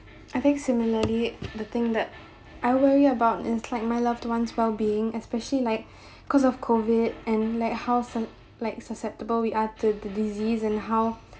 I think similarly the thing that I worry about is like my loved ones well being especially like because of COVID and like how some like susceptible we are to the disease and how